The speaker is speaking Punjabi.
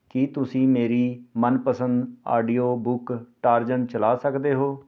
ਕੀ ਤੁਸੀਂ ਮੇਰੀ ਮਨਪਸੰਦ ਆਡੀਓ ਬੁੱਕ ਟਾਰਜ਼ਨ ਚਲਾ ਸਕਦੇ ਹੋ